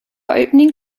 opening